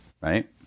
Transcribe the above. right